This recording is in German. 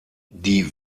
die